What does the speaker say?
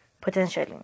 potentially